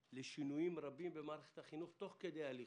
לשינויים רבים במערכת החינוך תוך כדי הליכה.